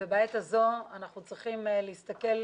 ובעת הזו אנחנו צריכים להסתכל,